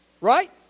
Right